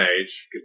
age